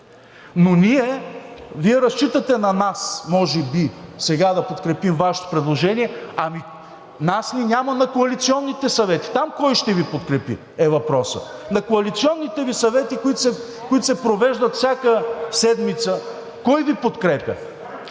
но Вие разчитате на нас може би сега да подкрепим Вашето предложение, ами нас ни няма на коалиционните съвети, там кой ще Ви подкрепи, е въпросът? На коалиционните Ви съвети, които се провеждат всяка седмица, кой Ви подкрепя?